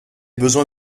besoin